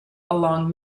along